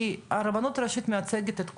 כי הרבנות הראשית מייצגת את כולנו,